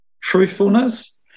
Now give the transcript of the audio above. truthfulness